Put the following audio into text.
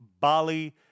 Bali